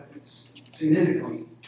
significantly